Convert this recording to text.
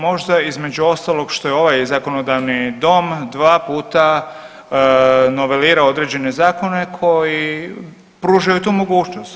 Možda između ostalog što je ovaj zakonodavni dom dva puta novelirao određene zakone koji pružaju tu mogućnost.